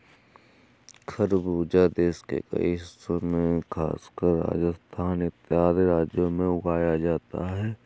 खरबूजा देश के कई हिस्सों में खासकर राजस्थान इत्यादि राज्यों में उगाया जाता है